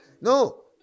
no